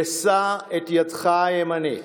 ושא את ידך הימנית.